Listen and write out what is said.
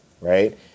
right